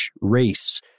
race